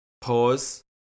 Pause